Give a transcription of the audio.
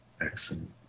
Excellent